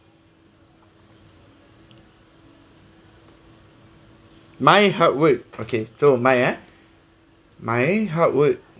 my hard work okay so my ah my hard work